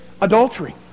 adultery